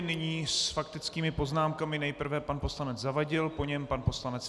Nyní s faktickými poznámkami nejprve pan poslanec Zavadil, po něm pan poslanec Fiedler.